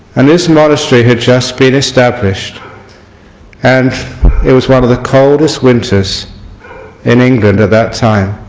and this monastery has just been established and it was one of the coldest winters in england at that time